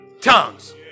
tongues